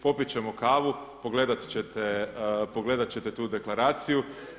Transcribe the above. Popit ćemo kavu, pogledat ćete tu deklaraciju.